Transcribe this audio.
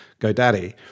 GoDaddy